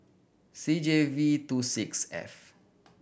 C J V two six F